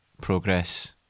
progress